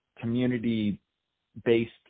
community-based